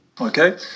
Okay